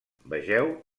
vegeu